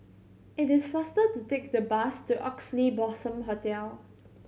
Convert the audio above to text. it is faster to take the bus to Oxley Blossom Hotel